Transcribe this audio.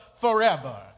forever